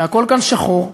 והכול כאן שחור,